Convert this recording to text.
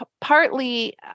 partly